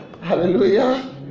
Hallelujah